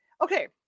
Okay